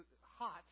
hot